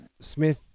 Smith